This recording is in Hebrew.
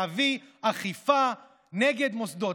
להביא אכיפה נגד מוסדות.